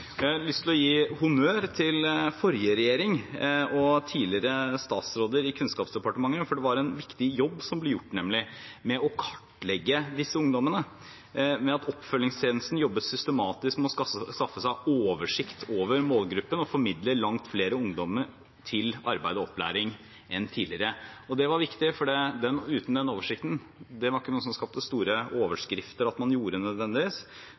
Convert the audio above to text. Jeg har lyst til å gi honnør til forrige regjering og tidligere statsråder i Kunnskapsdepartementet, for det var en viktig jobb som ble gjort med å kartlegge disse ungdommene. Oppfølgingstjenesten jobbet systematisk med å skaffe seg oversikt over målgruppen og formidle langt flere ungdommer til arbeid og opplæring enn tidligere. Det var viktig, for uten den oversikten – den skapte ikke nødvendigvis store overskrifter – hadde det vært vanskelig å jobbe videre. Vi må jobbe forebyggende samtidig som